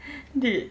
dude